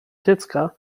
dziecka